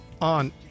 on –